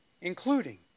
including